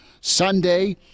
Sunday